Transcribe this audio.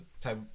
type